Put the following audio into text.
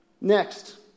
Next